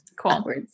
Cool